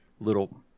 Little